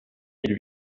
mille